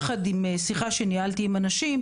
יחד עם שיחה שניהלתי עם אנשים,